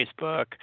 Facebook